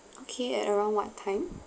okay at around what time